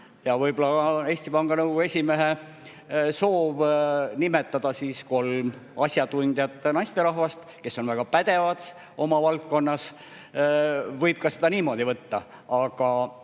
Ja võib-olla Eesti Panga Nõukogu esimehe soov oli nimetada kolm asjatundjat naisterahvast, kes on väga pädevad oma valdkonnas. Võib ka niimoodi seda võtta. Aga